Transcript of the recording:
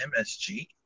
MSG